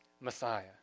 Messiah